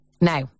Now